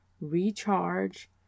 recharge